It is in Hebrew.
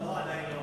לא, עדיין לא.